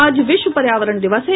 आज विश्व पर्यावरण दिवस है